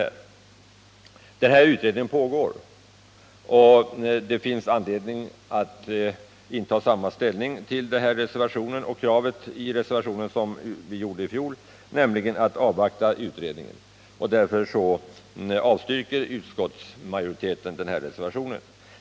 Industriverkets utredning pågår som sagt, och det finns anledning att inta samma ställning till kravet i reservationen som vi hade i fjol, nämligen att riksdagen bör avvakta utredningen.